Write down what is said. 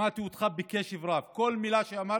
שמעתי אותך בקשב רב, כל מילה שאמרת,